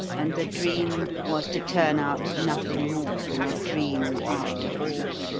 and the dream was to turn out nothing more than a dream after all.